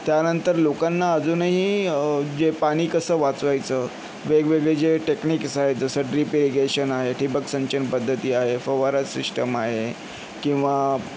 त्यानंतर लोकांना अजूनही जे पाणी कसं वाचवायचं वेगवेगळे जे टेक्निक्स आहे जसं ड्रिप इरिगेशन आहे ठिबक सिंचन पद्धती आहे फवारा सिस्टम आहे किंवा